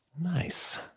Nice